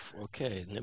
Okay